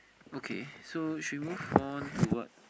okay so should move on to what